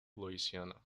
louisiana